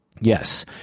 Yes